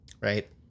right